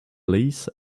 lace